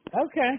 Okay